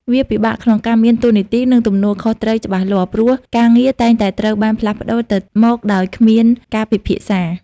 វាពិបាកក្នុងការមាន តួនាទី និងទំនួលខុសត្រូវច្បាស់លាស់ ព្រោះការងារតែងតែត្រូវបានផ្លាស់ប្តូរទៅមកដោយគ្មានការពិភាក្សា។